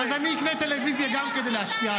אז אני אקנה טלוויזיה גם כדי להשפיע,